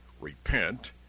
Repent